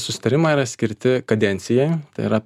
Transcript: susitarimai yra skirti kadencijai yra